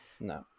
No